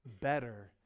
better